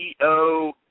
CEO